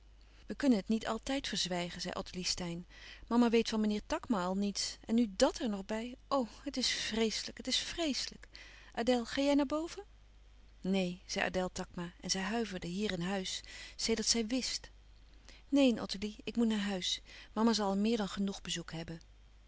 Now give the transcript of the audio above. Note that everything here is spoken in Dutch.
we kùnnen het niet altijd verzwijgen zei ottilie steyn mama weet van meneer takma al niets en nu dàt er nog bij o het is vreeslijk het is vreeslijk adèle ga jij naar boven neen zei adèle takma en zij huiverde hier in huis sedert zij wist neen ottilie ik moet naar huis mama zal al meer dan genoeg bezoek hebben